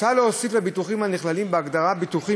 מוצע להוסיף לביטוחים הנכללים בהגדרה "ביטוחים